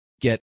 get